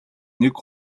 нэг